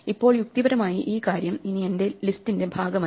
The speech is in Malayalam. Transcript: ഇപ്പോൾ യുക്തിപരമായി ഈ കാര്യം ഇനി എന്റെ ലിസ്റ്റിന്റെ ഭാഗമല്ല